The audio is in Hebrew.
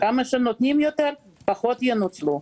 כמה שנותנים יותר פחות ינוצלו.